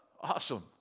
Awesome